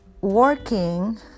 working